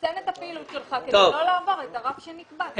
לרסן את הפעילות שלך כדי לעבור את הרף שנקבע.